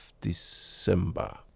December